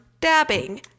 dabbing